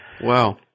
wow